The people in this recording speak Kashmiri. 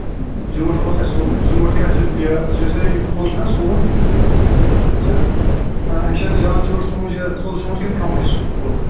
زیوٗٹھ کوٗتاہ چھُ سُووُن زیوٗٹھ کیٛاہ چھُ یہِ یُس یہِ کھُلہٕ چھُناہ سُووُن یہِ چھا آ یہِ چھا زیادٕ زیوٗٹھ سُووُن یہِ کھُلہٕ سُووُن کِنہٕ کَمٕے کھُلہٕ